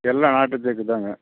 எல்லாம் நாட்டுத் தேக்கு தாங்க